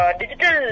digital